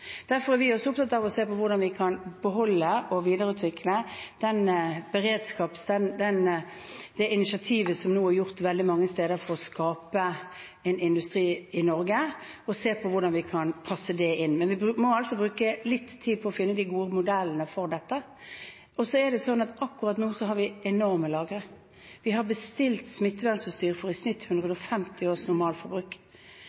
Derfor er vi også opptatt av å se på hvordan vi kan beholde og videreutvikle det initiativet som nå er tatt veldig mange steder for å skape en industri i Norge, og se på hvordan vi kan passe det inn. Men vi må altså bruke litt tid på å finne de gode modellene for dette. Det er slik at akkurat nå har vi enorme lagre. Vi har bestilt smittevernutstyr for i snitt